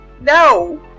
No